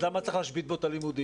אז למה צריך להשבית בו את הלימודים?